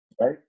right